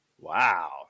Wow